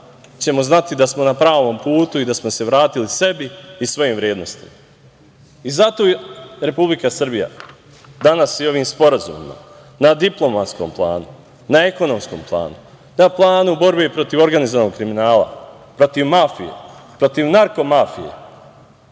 ćemo znati da smo na pravom putu i da smo se vratili sebi i svojim vrednostima. Zato Republika Srbija danas i ovim sporazumima na diplomatskom planu, na ekonomskom planu, na planu borbe protiv organizovanog kriminala, protiv mafije, protiv narko mafije,